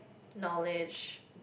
knowledge